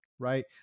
Right